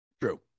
True